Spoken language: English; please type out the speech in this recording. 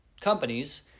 companies